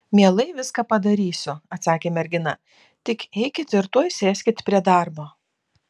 mielai viską padarysiu atsakė mergina tik eikit ir tuoj sėskit prie darbo